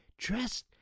dressed